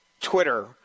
Twitter